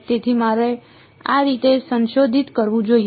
તેથી મારે આ રીતે સંશોધિત કરવું જોઈએ